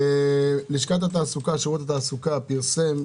שירות התעסוקה פרסם,